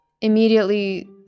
immediately